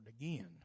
again